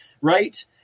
Right